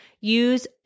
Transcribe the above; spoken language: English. use